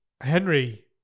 Henry